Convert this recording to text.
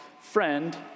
friend